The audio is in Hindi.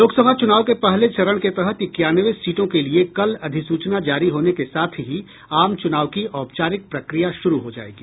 लोकसभा चुनाव के पहले चरण के तहत इक्यानवे सीटों के लिए कल अधिसूचना जारी होने के साथ ही आम चुनाव की औपचारिक प्रक्रिया शुरू हो जायेगी